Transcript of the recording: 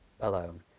alone